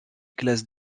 classes